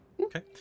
Okay